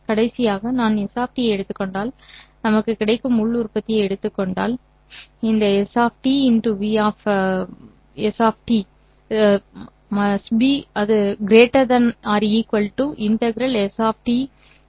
கடைசியாக நான் s ஐ எடுத்துக் கொண்டால் நமக்கு கிடைக்கும் உள் உற்பத்தியை எடுத்துக் கொண்டால் ∞ 2 ¿ s ∨s ≥∫|s | dt